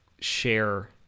share